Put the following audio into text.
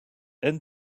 end